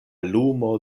lumo